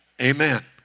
Amen